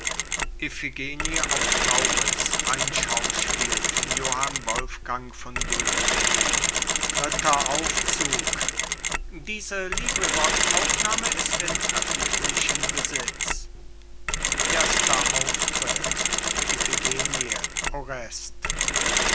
dritter aufzug erster auftritt